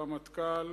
רמטכ"ל,